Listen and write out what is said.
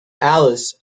alice